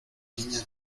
niña